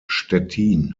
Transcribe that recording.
stettin